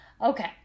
Okay